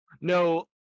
No